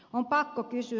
on pakko kysyä